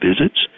visits